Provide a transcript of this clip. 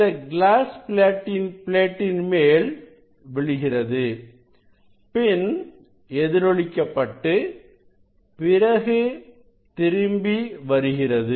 இந்த கிளாஸ் பிளேட்டின் மேல் விழுகிறது பின் எதிரொலிக்க பட்டு பிறகு திரும்பி வருகிறது